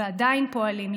ועדיין פועלים,